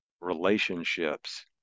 relationships